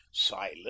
silent